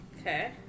Okay